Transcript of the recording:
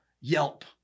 Yelp